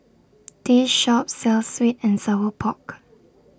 This Shop sells Sweet and Sour Pork